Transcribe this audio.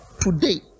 today